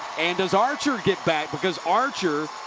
does archer get back? because archer,